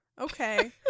Okay